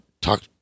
talk